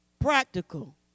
Practical